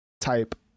type